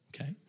okay